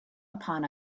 upon